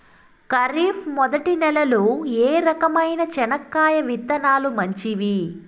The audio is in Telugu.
ఖరీఫ్ మొదటి నెల లో ఏ రకమైన చెనక్కాయ విత్తనాలు మంచివి